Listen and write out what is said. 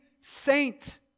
saint